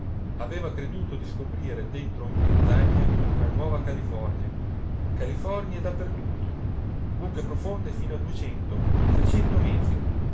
aveva creduto di scoprire dentro ogni montagna una nuova california californie da per tutto buche profonde fino a duecento a trecento metri